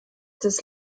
des